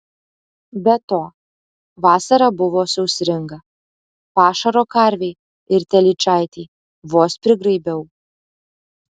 be to vasara buvo sausringa pašaro karvei ir telyčaitei vos prigraibiau